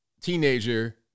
teenager